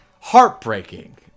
heartbreaking